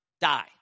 die